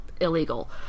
illegal